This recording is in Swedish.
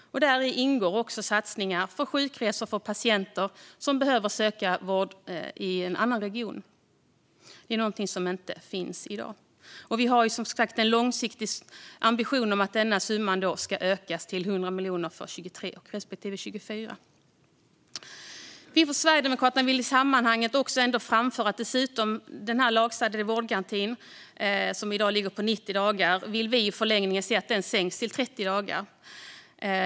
Däri ingår också satsningar på sjukresor för patienter som behöver söka vård i en annan region. Det är någonting som inte finns i dag. Vi har som sagt en långsiktig ambition om att denna summa ska ökas till 100 miljoner för 2023 respektive 2024. Vi från Sverigedemokraterna vill i sammanhanget dessutom framföra att vi vill att den lagstadgade vårdgarantin, som i dag ligger på 90 dagar, i förlängningen sänks till 30 dagar.